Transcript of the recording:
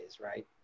right